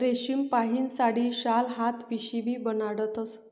रेशीमपाहीन साडी, शाल, हात पिशीबी बनाडतस